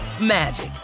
magic